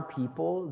people